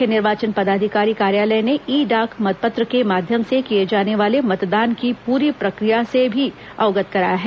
मुख्य निर्वाचन पदाधिकारी कार्यालय ने ई डाक मतपत्र के माध्यम से किए जाने वाले मतदान मतदान की पूरी प्रक्रिया से भी अवगत कराया है